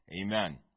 Amen